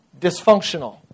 dysfunctional